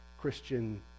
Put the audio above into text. Christian